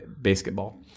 basketball